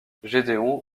gédéon